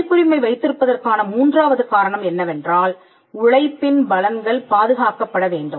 பதிப்புரிமை வைத்திருப்பதற்கான மூன்றாவது காரணம் என்னவென்றால் உழைப்பின் பலன்கள் பாதுகாக்கப்பட வேண்டும்